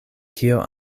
kio